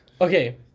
Okay